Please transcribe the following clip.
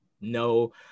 no